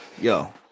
Yo